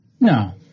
No